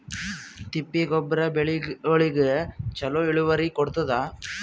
ತಿಪ್ಪಿ ಗೊಬ್ಬರ ಬೆಳಿಗೋಳಿಗಿ ಚಲೋ ಇಳುವರಿ ಕೊಡತಾದ?